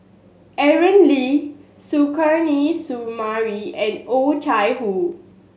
Aaron Lee Suzairhe Sumari and Oh Chai Hoo